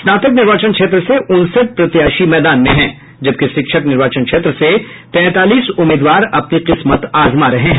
स्नातक निर्वाचन क्षेत्र से उनसठ प्रत्याशी मैदान में हैं जबकि शिक्षक निर्वाचन क्षेत्र से तैंतालीस उम्मीदवार अपनी किस्मत आजमा रहे हैं